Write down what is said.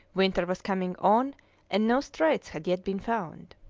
winter was coming on and no straits had yet been found.